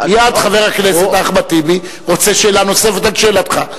מייד חבר הכנסת אחמד טיבי רוצה שאלה נוספת על שאלתך.